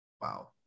Wow